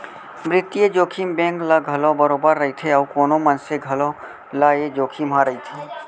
बित्तीय जोखिम बेंक ल घलौ बरोबर रइथे अउ कोनो मनसे घलौ ल ए जोखिम ह रइथे